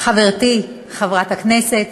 חברתי חברת הכנסת,